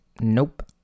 Nope